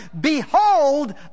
behold